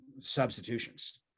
substitutions